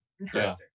Interesting